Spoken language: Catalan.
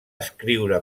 escriure